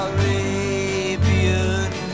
Arabian